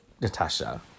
Natasha